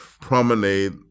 promenade